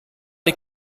die